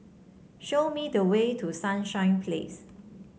show me the way to Sunshine Place